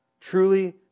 Truly